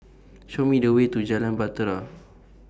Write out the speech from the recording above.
Show Me The Way to Jalan Bahtera